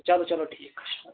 چلو چلو ٹھیٖک حظ چھُ